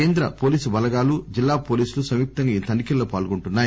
కేంద్ర పోలీసు బలగాలు జిల్లా పోలీసులు సంయుక్తంగా ఈ తనిఖీల్లో పాల్గొంటున్నాయి